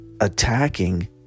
attacking